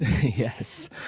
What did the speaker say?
Yes